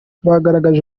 bagaragaje